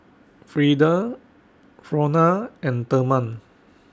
Freeda Frona and Therman